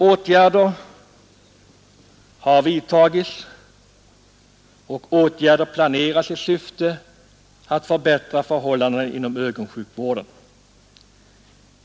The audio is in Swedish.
Åtgärder har vidtagits och ytterligare åtgärder planeras i syfte att förbättra förhållandena inom ögonsjukvården.